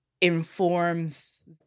informs